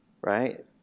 right